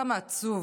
כמה עצוב,